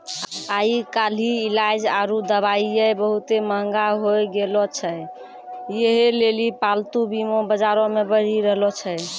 आइ काल्हि इलाज आरु दबाइयै बहुते मंहगा होय गैलो छै यहे लेली पालतू बीमा बजारो मे बढ़ि रहलो छै